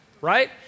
right